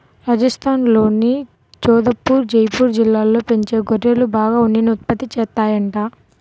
రాజస్థాన్లోని జోధపుర్, జైపూర్ జిల్లాల్లో పెంచే గొర్రెలు బాగా ఉన్నిని ఉత్పత్తి చేత్తాయంట